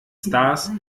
stars